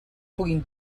puguin